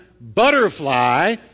butterfly